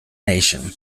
nation